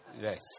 Yes